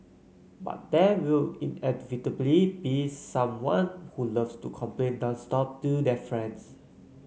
but there will inevitably be someone who loves to complain nonstop do their friends